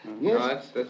yes